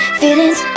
feelings